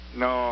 no